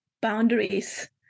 boundaries